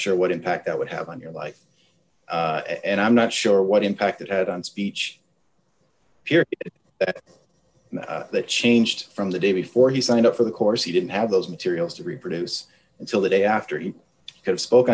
sure what impact that would have on your life and i'm not sure what impact it had on speech here at the changed from the day before he signed up for the course he didn't have those materials to reproduce until the day after he spoke